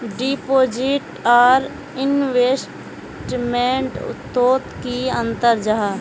Deposit आर investment तोत की अंतर जाहा?